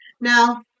Now